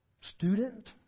Student